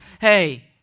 hey